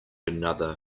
another